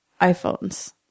iPhones